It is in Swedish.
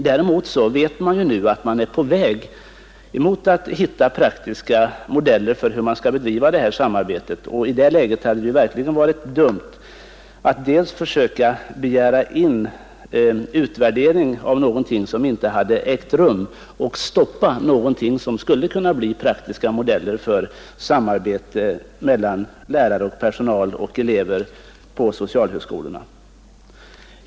Emellertid är man nu på väg mot att hitta praktiska modeller för hur samarbetet skall bedrivas, och i det läget hade det verkligen varit dumt att försöka begära in utvärdering av någonting som ännu inte ägt rum och stoppa någonting som skulle kunna bli användbara former för samarbete mellan lärare, annan personal och elever vid socialhögskolorna.